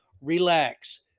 Relax